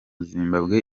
zimbabwe